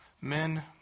men